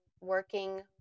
working